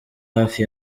hafi